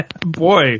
Boy